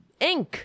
inc